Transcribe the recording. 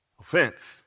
offense